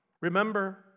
Remember